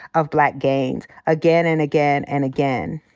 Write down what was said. of black gains again and again and again.